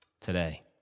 today